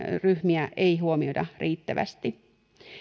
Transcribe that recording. ei huomioida riittävästi